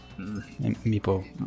Meepo